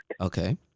Okay